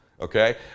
Okay